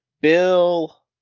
Bill